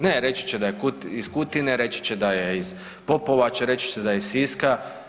Ne reći će da je iz Kutine, reći će da je iz Popovače, reći će da je iz Siska.